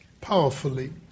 powerfully